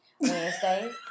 Wednesday